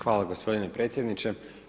Hvala gospodine predsjedniče.